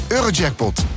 Eurojackpot